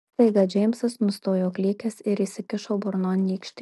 staiga džeimsas nustojo klykęs ir įsikišo burnon nykštį